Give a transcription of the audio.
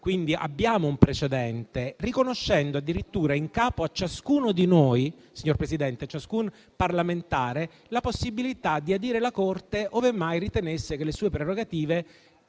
(quindi abbiamo un precedente), riconoscendo addirittura in capo a ciascuno di noi, signor Presidente, cioè in capo a ciascun parlamentare, la possibilità di adire la Corte ove mai ritenesse che le sue prerogative